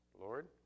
Lord